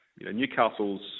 Newcastle's